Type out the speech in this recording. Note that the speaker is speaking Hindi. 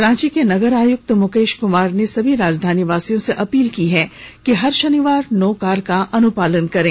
रांची के नगर आयुक्त मुकेश कुमार ने सभी राजधानीवासियों से अपील की है कि हर षनिवार को नो कार का अनुपालन करें